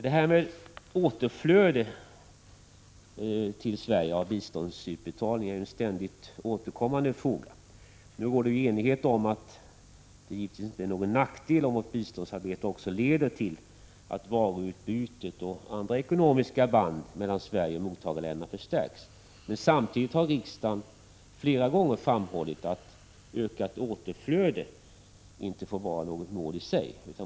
Det här med återflöde till Sverige av biståndsutbetalningar är ju en ständigt återkommande fråga. Nu råder det enighet om att det givetvis inte är någon nackdel om vårt biståndsarbete också leder till att varuutbytet och andra ekonomiska band mellan Sverige och mottagarländerna förstärks. Men samtidigt har riksdagen flera gånger framhållit att ökat återflöde inte får vara något mål i sig.